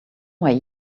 way